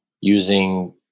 using